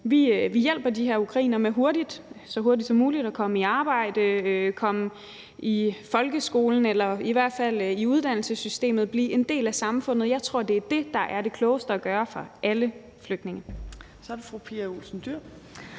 Vi hjælper de her ukrainere med så hurtigt som muligt at komme i arbejde, få børnene ud i folkeskolen, eller i hvert fald ind i uddannelsessystemet, og blive en del af samfundet. Jeg tror, det er det, der er det klogeste at gøre for alle flygtninge.